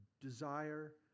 desire